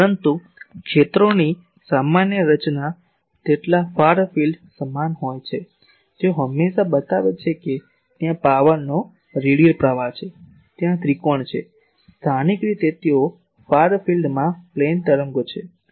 પરંતુ ક્ષેત્રોની સામાન્ય રચના તેટલા ફાર ફિલ્ડ સમાન હોય છે તેઓ હંમેશા બતાવે છે કે ત્યાં પાવરનો રેડિયલ પ્રવાહ છે ત્યાં ત્રિકોણ છે સ્થાનિક રીતે તેઓ ફાર ફિલ્ડમાં પ્લેન તરંગો છે